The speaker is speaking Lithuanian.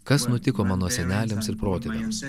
kas nutiko mano seneliams ir protėviams